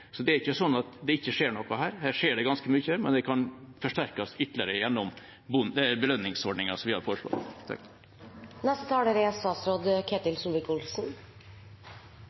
Så det er ikke sånn at det ikke skjer noe her, her skjer det ganske mye, men det kan forsterkes ytterligere gjennom belønningsordningen som vi har foreslått.